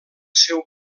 seu